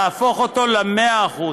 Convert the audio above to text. להפוך אותו ל-100%.